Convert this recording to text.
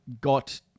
got